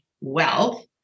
wealth